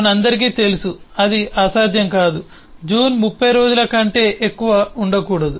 మనందరికీ తెలుసు అది సాధ్యం కాదు జూన్ 30 రోజుల కంటే ఎక్కువ ఉండకూడదు